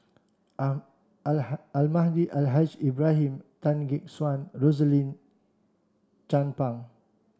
Almahdi Al Haj Ibrahim Tan Gek Suan Rosaline Chan Pang